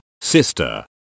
sister